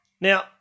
Now